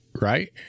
right